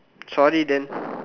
sorry then